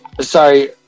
sorry